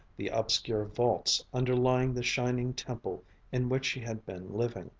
the obscure vaults underlying the shining temple in which she had been living.